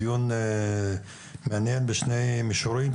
דיון מעניין בשני מישורים,